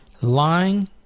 lying